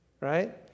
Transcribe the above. right